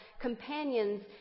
companions